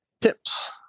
tips